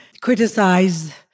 criticize